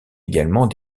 également